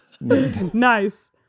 Nice